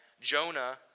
Jonah